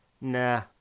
nah